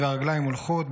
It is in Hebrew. והרגליים הולכות,